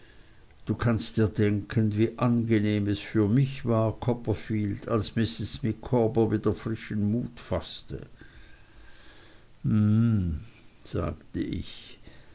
du kannst dir denken wie angenehm es für mich war copperfield als mrs micawber wieder frischen mut faßte hm sagte ich